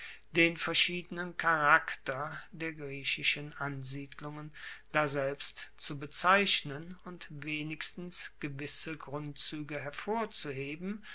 den verschiedenen charakter der griechischen ansiedlungen daselbst zu bezeichnen und wenigstens gewisse grundzuege hervorzuheben